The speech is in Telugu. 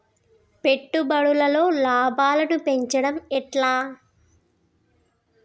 పెట్టుబడులలో లాభాలను పెంచడం ఎట్లా?